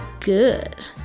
good